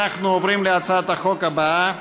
אנחנו עוברים להצעת החוק הבאה.